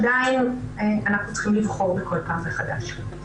עדיין אנחנו צריכים לבחור כל פעם מחדש.